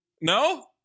No